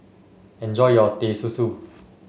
enjoy your Teh Susu